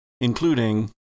including